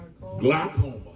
Glaucoma